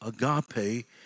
agape